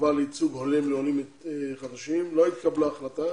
החובה לייצוג הולם לעולים חדשים, לא התקבלה החלטה